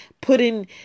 putting